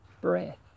breath